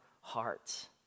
hearts